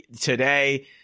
today